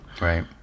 Right